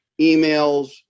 emails